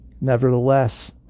Nevertheless